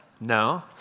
No